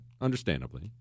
understandably